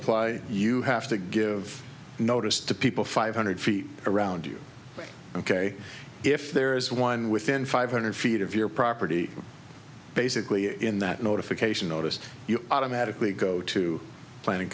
apply you have to give notice to people five hundred feet around you ok if there is one within five hundred feet of your property basically in that notification notice you automatically go to planning